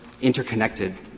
interconnected